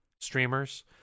streamers